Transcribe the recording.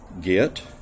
get